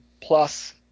plus